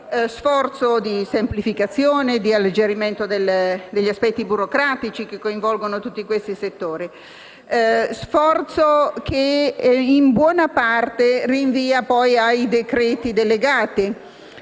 sforzo di semplificazione, di alleggerimento degli aspetti burocratici che coinvolgono tutti questi settori; uno sforzo che in buona parte rinvia ai decreti delegati.